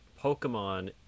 Pokemon